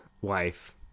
wife